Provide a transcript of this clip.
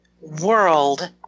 world